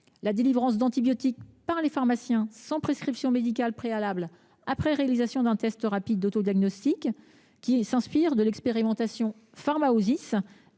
la délivrance d’antibiotiques par les pharmaciens sans prescription médicale préalable après réalisation d’un test rapide d’orientation diagnostique (Trod), qui s’inspire de l’expérimentation Orientation